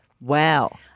Wow